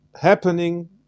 happening